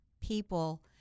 people